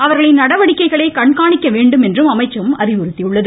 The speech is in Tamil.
அவர்களின் நடவடிக்கைகளை கண்காணிக்கவேண்டும் என்றும் அமைச்சகம் அறிவுறுத்தியுள்ளது